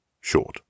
short